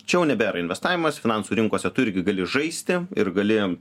čia jau nebėra investavimas finansų rinkose tu irgi gali žaisti ir gali